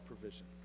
provision